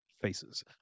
faces